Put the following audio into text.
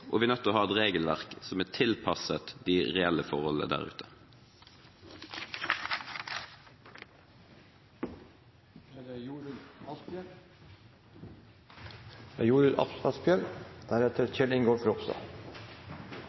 og vi er nødt til å ha et regelverk som er tilpasset de reelle forholdene der ute. Arbeiderpartiet er